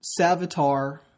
Savitar